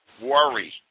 worry